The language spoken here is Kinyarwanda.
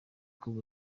kuri